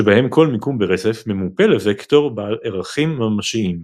שבהם כל מיקום ברצף ממופה לווקטור בעל ערכים ממשיים.